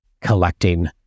collecting